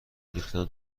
ریختن